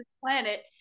planet